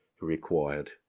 required